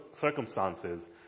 circumstances